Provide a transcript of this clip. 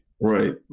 Right